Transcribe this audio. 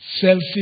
selfish